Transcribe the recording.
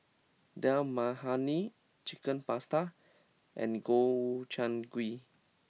Dal Makhani Chicken Pasta and Gobchang gui